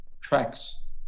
tracks